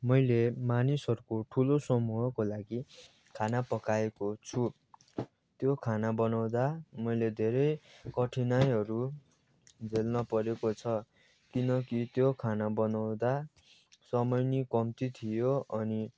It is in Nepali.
मैले मानिसहरूको ठुलो समूहको लागि खाना पकाएको छु त्यो खाना बनाउँदा मैले धेरै कठिनाइहरू झेल्न परेको छ किनकि त्यो खाना बनाउँदा समय नि कम्ती थियो अनि